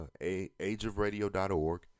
ageofradio.org